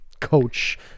coach